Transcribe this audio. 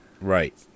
Right